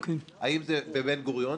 האם זה בבן-גוריון?